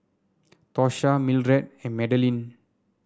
Tosha Mildred and Madalynn